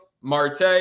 Marte